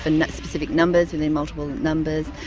and specific numbers within multiple numbers,